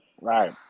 Right